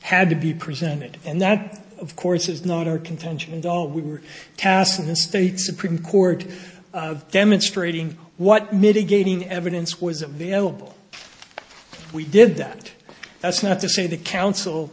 had to be presented and that of course is not our contention and all we were cast in the state supreme court demonstrating what mitigating evidence was available we did that that's not to say the coun